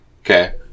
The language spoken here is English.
Okay